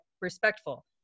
respectful